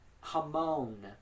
hamon